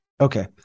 Okay